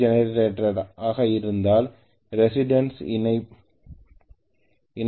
C ஜெனரேட்டராக இருந்தால் resistance இணைப்பதன் மூலம் அதைச் செய்யலாம்